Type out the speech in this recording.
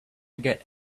get